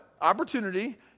Opportunity